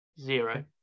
zero